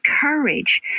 courage